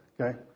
Okay